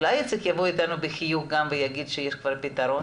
אולי איציק יבוא עם תשובה חיובית ויגיד שיש פתרון?